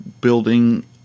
building